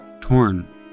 torn